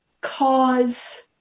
cause